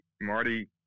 Marty